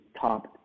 top